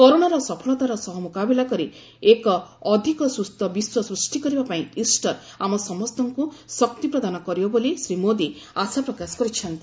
କରୋନାର ସଫଳତାର ସହ ମୁକାବିଲା କରି ଏକ ଅଧିକ ସୁସ୍ଥ ବିଶ୍ୱ ସୃଷ୍ଟି କରିବା ପାଇଁ ଇଷ୍ଟର ଆମ ସମସ୍ତଙ୍କୁ ଶକ୍ତି ପ୍ରଦାନ କରିବ ବୋଲି ଶ୍ରୀ ମୋଦି ଆଶାପ୍ରକାଶ କରିଛନ୍ତି